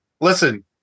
listen